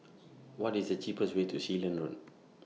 What IS The cheapest Way to Sealand Road